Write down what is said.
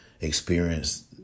experienced